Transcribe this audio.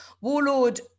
Warlord